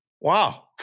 Wow